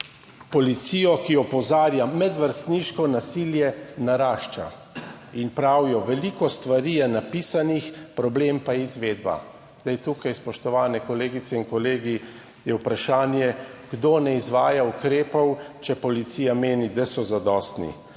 policijo, ki opozarja: »Medvrstniško nasilje narašča.« In pravijo: »Veliko stvari je napisanih. Problem pa je izvedba.« Tukaj, spoštovane kolegice in kolegi, je vprašanje, kdo ne izvaja ukrepov, če policija meni, da so zadostni.